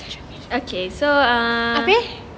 okay so um